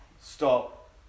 stop